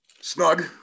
Snug